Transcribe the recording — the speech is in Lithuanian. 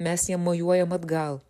mes jam mojuojam atgal